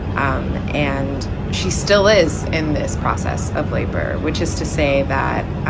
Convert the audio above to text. um and she still is in this process of labor, which is to say that